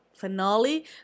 Finale